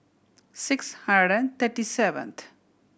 six hundred and thirty seventh